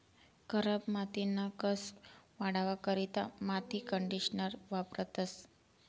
खराब मातीना कस वाढावा करता माती कंडीशनर वापरतंस